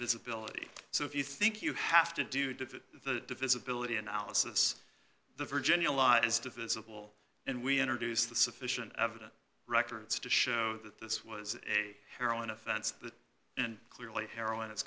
visibility so if you think you have to do to the visibility analysis the virginia law is divisible and we introduce the sufficient evidence records to show that this was a heroin offense and clearly heroin i